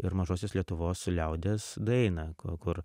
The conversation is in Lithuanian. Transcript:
ir mažosios lietuvos liaudies dainą kur kur